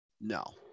No